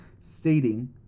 stating